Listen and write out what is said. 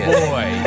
boy